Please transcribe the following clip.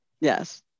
Yes